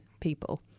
people